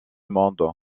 monde